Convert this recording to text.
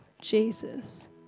Jesus